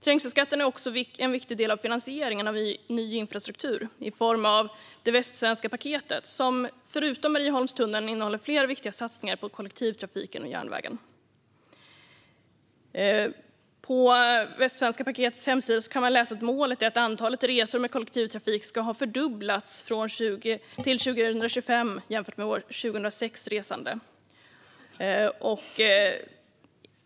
Trängselskatten är också en viktig del av finansieringen av ny infrastruktur i form av Västsvenska paketet, som förutom Marieholmstunneln innehåller flera viktiga satsningar på kollektivtrafiken och järnvägen. På Västsvenska paketets hemsida kan man läsa att målet är att antalet resor med kollektivtrafik ska ha fördubblats till 2025 jämfört med 2006 års resande.